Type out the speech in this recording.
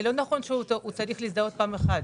זה לא נכון שהוא צריך להזדהות פעם אחת,